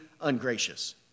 ungracious